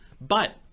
But-